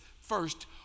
first